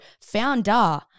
founder